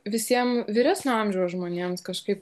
visiem vyresnio amžiaus žmonėms kažkaip